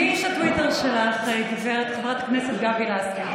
מי איש הטוויטר שלך, גבי לסקי?